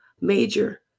major